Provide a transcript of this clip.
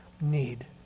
need